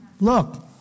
Look